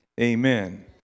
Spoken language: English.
amen